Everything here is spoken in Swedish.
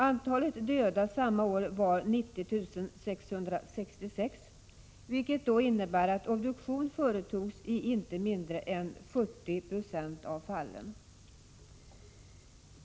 Antalet döda samma år var 90 666, vilket då innebär att obduktion företogs i inte mindre än 40 96 av fallen.